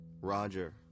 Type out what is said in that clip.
roger